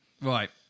right